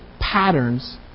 patterns